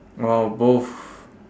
oh both